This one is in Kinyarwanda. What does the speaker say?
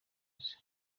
wese